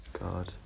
God